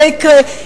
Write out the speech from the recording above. זה יקרה,